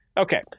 Okay